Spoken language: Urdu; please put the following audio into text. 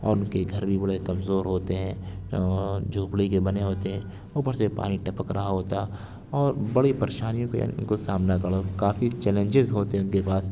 اور ان کے گھر بھی بڑے کمزور ہوتے ہیں جھوپڑی کے بنے ہوتے ہیں اوپر سے پانی ٹپک رہا ہوتا اور بڑی پریشانیوں کا ان کو سامنا کڑ کافی چیلنجز ہوتے ہیں ان کے پاس